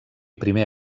primer